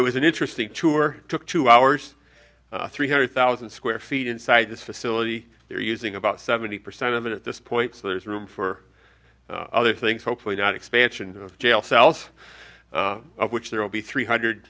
it was an interesting tour took two hours three hundred thousand square feet inside this facility they're using about seventy percent of it at this point so there's room for other things hopefully not expansions of jail cells of which there will be three hundred